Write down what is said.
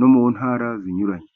no mu ntara zinyuranye.